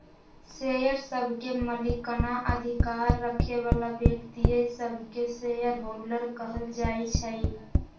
share सभके मलिकना अधिकार रखे बला व्यक्तिय सभके शेयर होल्डर कहल जाइ छइ